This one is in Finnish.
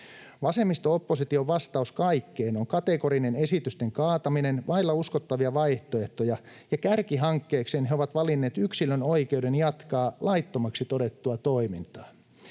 Vasemmisto-opposition vastaus kaikkeen on kategorinen esitysten kaataminen vailla uskottavia vaihtoehtoja, ja kärkihankkeekseen he ovat valinneet yksilön oikeuden jatkaa laittomaksi todettua toimintaa.